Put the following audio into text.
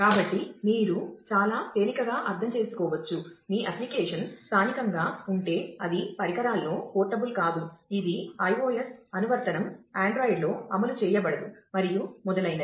కాబట్టి మీరు చాలా తేలికగా అర్థం చేసుకోవచ్చు మీ అప్లికేషన్ స్థానికంగా ఉంటే అది పరికరాల్లో పోర్టబుల్ కాదు ఇది iOS అనువర్తనం Android లో అమలు చేయబడదు మరియు మొదలైనవి